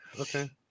okay